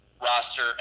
roster